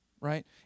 right